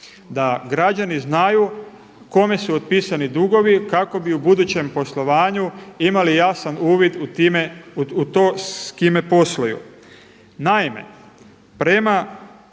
da građani znaju kome su otpisani dugovi kako bi u budućem poslovanju imali jasan uvid u to s kime posluju. Naime, prema